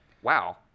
Wow